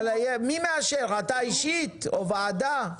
אבל מי מאשר, אתה אישית או וועדה?